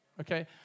Okay